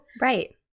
Right